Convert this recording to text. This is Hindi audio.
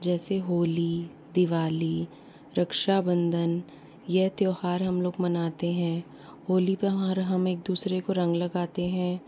जैसे होली दिवाली रक्षाबंधन यह त्यौहार हम लोग मनाते हैं होली पर हम एक दूसरे को रंग लगाते हैं